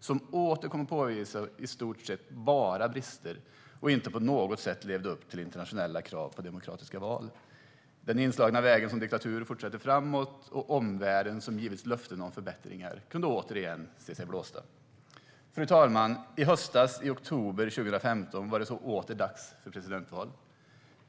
som än en gång kom att uppvisa i stort sett bara brister. Det levde inte på något sätt upp till internationella krav på demokratiska val. Man fortsatte framåt på den inslagna vägen som diktatur, och omvärlden som givits löften om förbättringar kunde återigen se sig blåst. Fru talman! I höstas, i oktober 2015, var det så åter dags för presidentval.